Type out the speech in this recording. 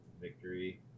victory